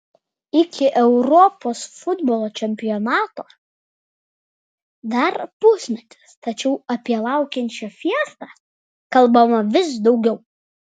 iki europos futbolo čempionato dar pusmetis tačiau apie laukiančią fiestą kalbama vis daugiau